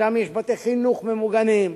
שם יש בתי-חינוך ממוגנים,